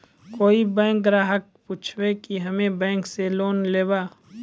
कोई बैंक ग्राहक पुछेब की हम्मे बैंक से लोन लेबऽ?